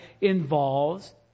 involves